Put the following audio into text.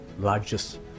largest